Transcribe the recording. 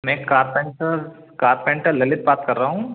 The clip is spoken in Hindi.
मैं कारपेंटर कारपेंटर ललित बात कर रहा हूँ